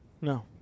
No